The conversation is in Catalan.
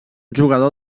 jugador